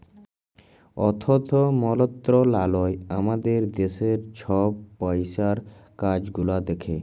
অথ্থ মলত্রলালয় আমাদের দ্যাশের ছব পইসার কাজ গুলা দ্যাখে